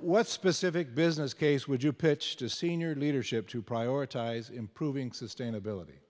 what specific business case would you pitch to senior leadership to prioritize improving sustainability